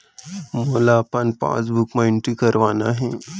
मोला अपन पासबुक म एंट्री करवाना हे?